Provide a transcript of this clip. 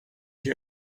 here